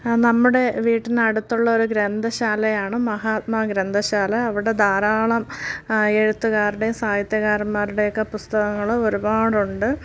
നമ്മുടെ വീട്ടിനടുത്തുള്ള ഒരു ഗ്രന്ഥശാലയാണ് മഹാത്മാ ഗ്രന്ഥശാല അവിടെ ധാരാളം എഴുത്തുകാരുടെയും സാഹിത്യകാരന്മാരുടെയൊക്കെ പുസ്തകങ്ങൾ ഒരുപാട് ഉണ്ട്